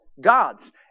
God's